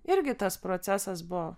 irgi tas procesas buvo